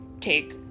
take